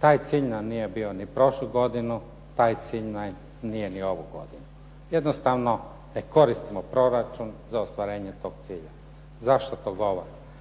Taj cilj nam nije bio ni prošlu godinu, taj cilj nam nije ni ovu godinu. Jednostavno, ne koristimo proračun za ostvarenje tog cilja. Zašto to govorim?